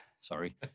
sorry